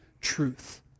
truth